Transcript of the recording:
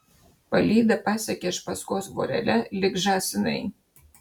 palyda pasekė iš paskos vorele lyg žąsinai